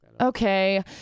Okay